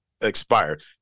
expired